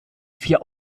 vier